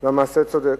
והמעשה צודק.